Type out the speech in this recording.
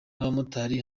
n’abamotari